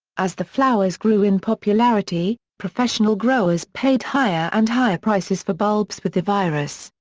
as the flowers grew in popularity, professional growers paid higher and higher prices for bulbs with the virus,